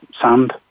sand